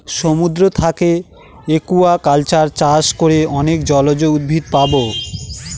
সমুদ্র থাকে একুয়াকালচার চাষ করে অনেক জলজ উদ্ভিদ পাবো